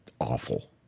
awful